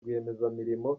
rwiyemezamirimo